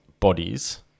Bodies